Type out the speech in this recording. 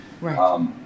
right